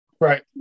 Right